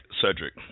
Cedric